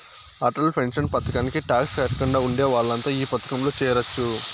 Atal pension పథకానికి tax కట్టకుండా ఉండే వాళ్లంతా ఈ పథకంలో చేరొచ్చు